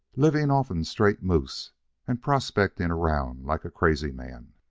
living off'n straight moose and prospecting around like a crazy man.